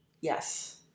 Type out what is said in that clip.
Yes